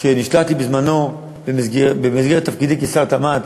כשנשלחתי במסגרת תפקידי כשר התמ"ת